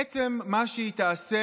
בעצם מה שהיא תעשה,